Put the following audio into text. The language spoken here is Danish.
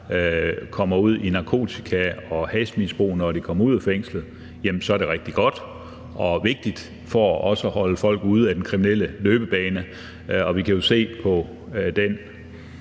kommer ud i et narko- og hashmisbrug, når de kommer ud af fængslet, så er det rigtig godt, og det er også vigtigt for at holde folk ude af den kriminelle løbebane, og vi kan jo se på den